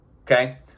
Okay